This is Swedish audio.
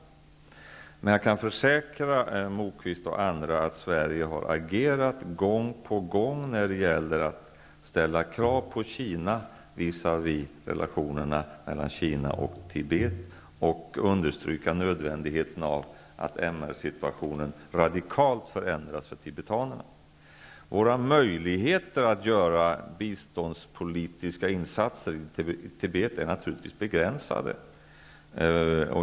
Jag kan emellertid försäkra Lars Moquist och andra att Sverige har agerat gång på gång när det gäller att ställa krav på Kina angående relationerna mellan Kina och Tibet och understryka nödvändigheten av att MR-situationen radikalt förändras för tibetanerna. Våra möjligheter att göra biståndspolitiska insatser i Tibet är naturligtvis begränsade.